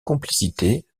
complicité